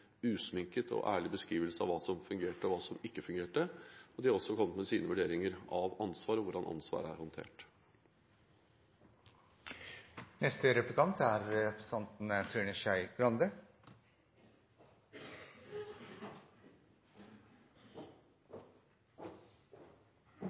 usminket og ærlig beskrivelse av hva som fungerte, og hva som ikke fungerte. De har også kommet med sine vurderinger av ansvar og hvordan ansvaret er